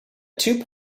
two